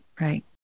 right